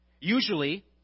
Usually